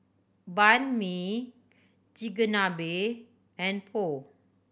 Banh Mi Chigenabe and Pho